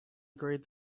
agreed